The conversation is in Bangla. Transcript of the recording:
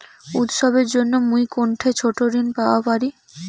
উৎসবের জন্য মুই কোনঠে ছোট ঋণ পাওয়া পারি?